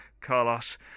Carlos